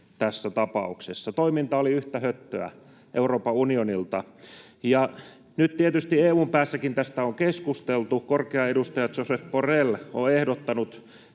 tässä tapauksessa. Toiminta oli yhtä höttöä Euroopan unionilta. Nyt tietysti EU:nkin päässä tästä on keskusteltu. Korkea edustaja Josep Borrell on ehdottanut